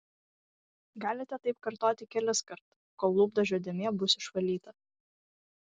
galite taip kartoti keliskart kol lūpdažio dėmė bus išvalyta